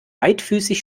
beidfüßig